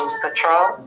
patrol